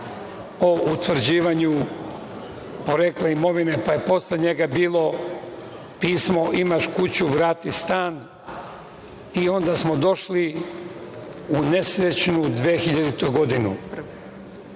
o utvrđivanju porekla imovine, pa je posle njega bilo pismo – imaš kuću, vrati stan i onda smo došli u nesrećnu 2000. godinu